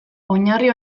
oinarri